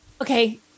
Okay